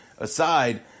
aside